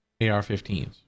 AR-15s